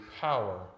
power